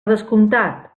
descomptat